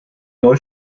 neu